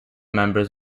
members